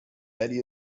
betty